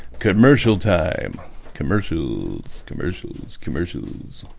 commercial time commercials commercials commercials